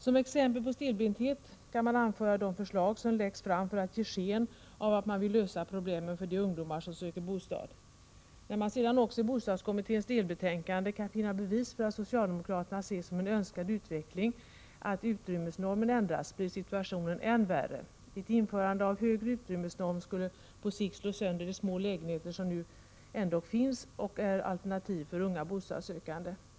Som exempel på stelbenthet kan anföras de förslag som läggs fram för att ge sken av att regeringen vill lösa problemen för de ungdomar som söker bostad. När man sedan också i bostadskommitténs delbetänkande kan finna bevis för att socialdemokraterna ser som en önskvärd utveckling att utrymmesnormen ändras, blir situationen än värre. Ett införande av högre utrymmesnorm skulle på sikt slå sönder de små lägenheter som nu ändock finns och är alternativ för unga bostadssökande.